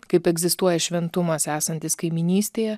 kaip egzistuoja šventumas esantis kaimynystėje